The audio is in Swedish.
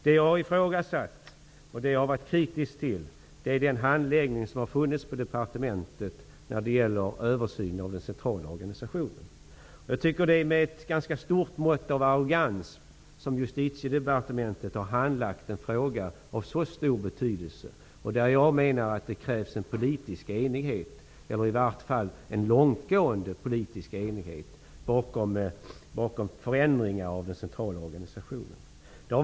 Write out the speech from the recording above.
Det jag har ifrågasatt och varit kritisk mot är departementets handläggning av översynen av den centrala organisationen. Jag tycker att Justitiedepartementet har handlagt en fråga av stor betydelse med ett ganska stort mått av arrogans. Jag menar att det krävs en långtgående politisk enighet bakom förändringar av den centrala organisationen.